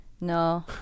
No